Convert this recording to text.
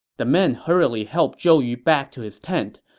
the men hurriedly helped zhou yu back to his tent.